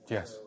Yes